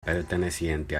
perteneciente